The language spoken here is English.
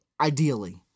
ideally